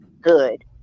good